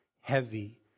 heavy